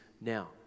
now